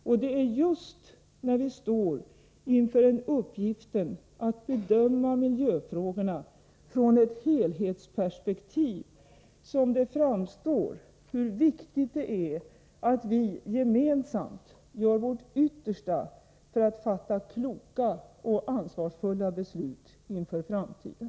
Och det är just när vi står inför uppgiften att bedöma miljöfrågorna ur ett helhetsperspektiv som det framstår hur viktigt det är att vi gemensamt gör vårt yttersta för att fatta kloka och ansvarsfulla beslut inför framtiden.